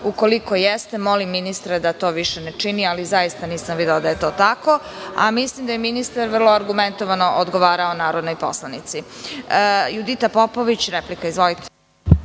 Ukoliko jeste, molim ministra da to više ne čini, ali zaista nisam videla da je to tako. Mislim da je ministar vrlo argumentovano odgovarao narodnoj poslanici. Reč